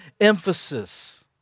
emphasis